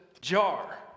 jar